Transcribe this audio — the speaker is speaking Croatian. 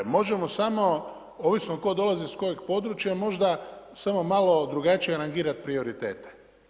Možemo samo ovisno tko dolazi iz kojeg područja, možda samo malo drugačije rangirati prioritete.